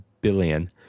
billion